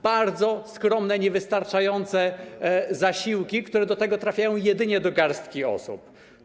Bardzo skromne, niewystarczające zasiłki, które do tego trafiają jedynie do garstki osób.